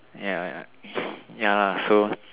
ya ya ya lah so